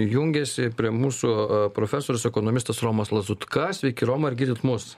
jungiasi prie mūsų profesorius ekonomistas romas lazutka sveiki romai ar girdit mus